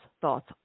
thoughts